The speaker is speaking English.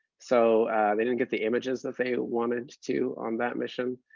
so they didn't get the images that they wanted to on that mission.